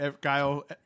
Guile